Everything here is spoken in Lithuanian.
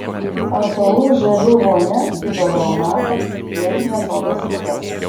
ąžuolų žievių vonia gydo reumatą lėtines odos ligas